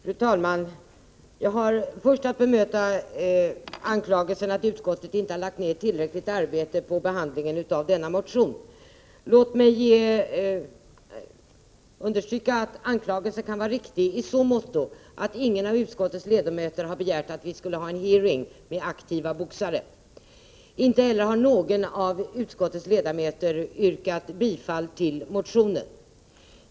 Fru talman! Jag har först att bemöta anklagelsen att utskottet inte har lagt ned tillräckligt arbete på behandlingen av denna motion. Låt mig understryka att anklagelsen kan vara riktig i så måtto att ingen av utskottets ledamöter har begärt att vi skulle ha en hearing med aktiva boxare. Inte heller har någon av utskottets ledamöter yrkat bifall till motionen.